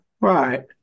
right